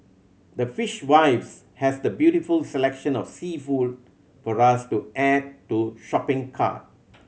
the Fishwives has the beautiful selection of seafood for us to add to shopping cart